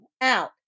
out